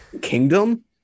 kingdom